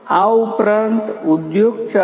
આ ઉપરાંત ઉદ્યોગ 4